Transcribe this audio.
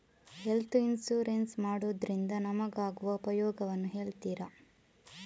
Health insurance ಮಾಡೋದ್ರಿಂದ ನಮಗಾಗುವ ಉಪಯೋಗವನ್ನು ಹೇಳ್ತೀರಾ?